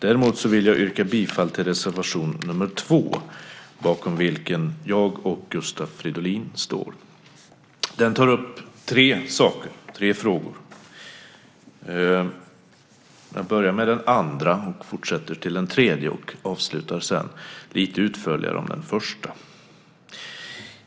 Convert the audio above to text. Däremot yrkar jag bifall till reservation nr 2, bakom vilken jag och Gustav Fridolin står. I den tar vi upp tre frågor. Jag börjar med den andra, fortsätter med den tredje och avslutar sedan lite utförligare med den första.